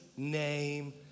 name